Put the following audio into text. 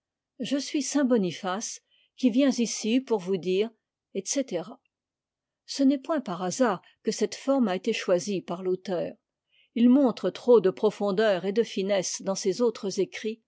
je suis saint boniface qui viens ici pour vous dire etc ce n'est point par hasard que cette forme a été choisie par l'auteur il montre trop de profondeur et de finesse dans ses autres écrits